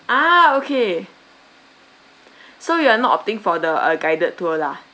ah okay so you are not opting for the uh guided tour lah